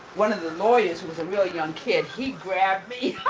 one of the lawyers was a real young kid. he grabbed me.